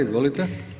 Izvolite.